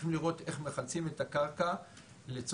צריך לראות איך מחלצים את הקרקע לצורך,